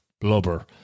blubber